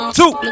two